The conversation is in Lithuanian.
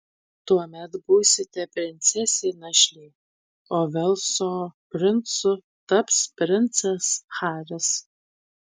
tuomet būsite princesė našlė o velso princu taps princas haris